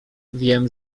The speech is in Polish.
wiem